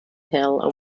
hill